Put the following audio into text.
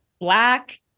black